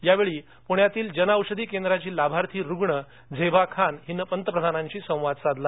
यावेळी पूण्यातली जन औषधी केंद्राची लाभार्थी रुग्ण झेबा खान हिने पंतप्रधानांशी सवांद साधला